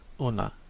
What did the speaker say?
Una